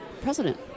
President